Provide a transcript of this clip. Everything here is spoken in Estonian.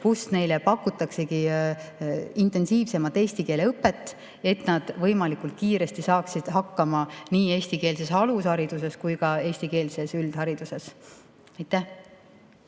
Neile pakutakse intensiivsemat eesti keele õpet, et nad võimalikult kiiresti saaksid hakkama nii eestikeelses alushariduses kui ka eestikeelses üldhariduses. Aitäh!